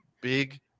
Big